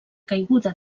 caiguda